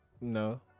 No